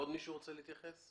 עוד מישהו רוצה להתייחס?